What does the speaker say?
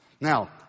Now